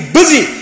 busy